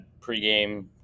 pregame